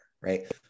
right